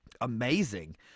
Amazing